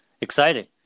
Exciting